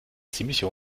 ziemliche